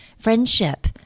Friendship